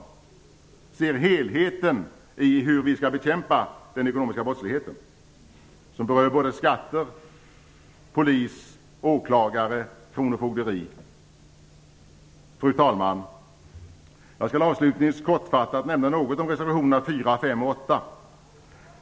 Är det inte på tiden att ni ser helheten i hur vi skall bekämpa den ekonomiska brottsligheten, som berör såväl skatter som polis, åklagare och kronofogde? Fru talman! Jag skall avslutningsvis kortfattat nämna något om reservationerna 4, 5 och 8.